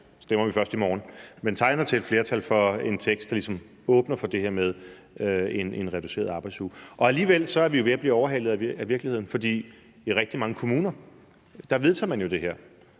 stemmer først i morgen – for en tekst, der ligesom åbner for det her med en reduceret arbejdsuge. Alligevel er vi ved at blive overhalet af virkeligheden, for i rigtig mange kommuner vedtager man jo det her.